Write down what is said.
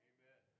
Amen